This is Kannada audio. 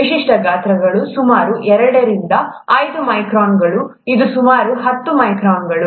ವಿಶಿಷ್ಟ ಗಾತ್ರಗಳು ಸುಮಾರು ಎರಡರಿಂದ ಐದು ಮೈಕ್ರಾನ್ಗಳು ಇದು ಸುಮಾರು ಹತ್ತು ಮೈಕ್ರಾನ್ಗಳು